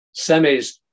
semis